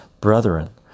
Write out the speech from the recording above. brethren